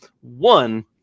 one